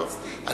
לחצתי.